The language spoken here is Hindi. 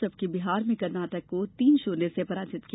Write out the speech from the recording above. जबकि बिहार ने कर्नाटक को तीन शून्य से पराजित किया